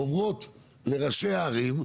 עוברות לראשי הערים,